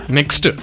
Next